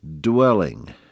Dwelling